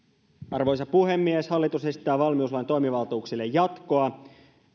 arvoisa puhemies hallitus esittää valmiuslain toimivaltuuksille jatkoa